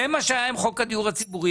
זה מה שהיה עם חוק הדיור הציבורי.